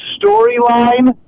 storyline